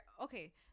okay